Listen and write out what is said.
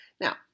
Now